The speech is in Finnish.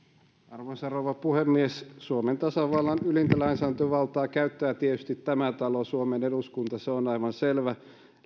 arvoisa rouva puhemies suomen tasavallan ylintä lainsäädäntövaltaa käyttää tietysti tämä talo suomen eduskunta se on aivan selvä